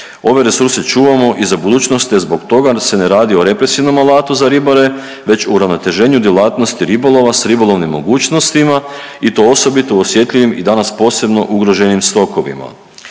ove resurse čuvamo i za budućnosti te zbog toga se ne radi o represivnom alatu za ribare, već uravnoteženju djelatnosti ribolova s ribolovnim mogućnostima, i to osobito u osjetljivim i danas posebno ugroženim .../Govornik